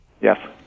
Yes